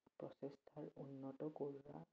প্ৰচেষ্টাৰ উন্নত কৰা